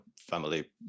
family